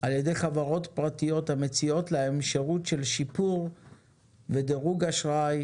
על ידי חברות פרטיות המציעות להן שירות של שיפור דירוג אשראי